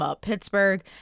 Pittsburgh